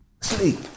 sleep